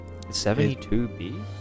72b